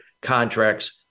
contracts